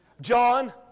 John